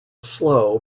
slow